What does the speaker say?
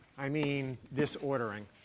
i mean this ordering